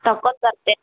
ತಕೊಂಡು ಬರ್ತೆ